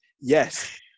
yes